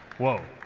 whoa!